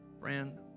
friend